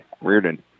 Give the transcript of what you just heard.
Reardon